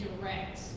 direct